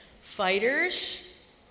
Fighters